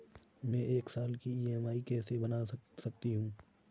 मैं एक साल की ई.एम.आई कैसे बना सकती हूँ?